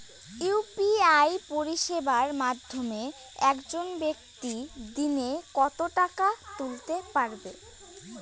UPI পরিষেবার মাধ্যমে একজন ব্যাক্তি দিনে কত টাকা তুলতে পারবে?